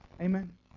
Amen